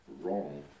wrong